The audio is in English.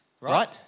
right